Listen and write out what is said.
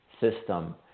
system